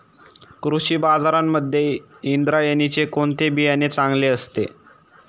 कृषी बाजारांमध्ये इंद्रायणीचे कोणते बियाणे चांगले असते?